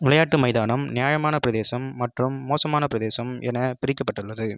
விளையாட்டு மைதானம் நியாயமான பிரதேசம் மற்றும் மோசமான பிரதேசம் என பிரிக்கப்பட்டுள்ளது